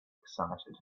excited